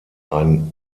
ein